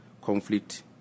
conflict